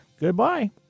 Goodbye